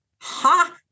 ha